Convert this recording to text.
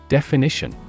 Definition